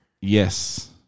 Yes